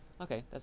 Okay